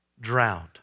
drowned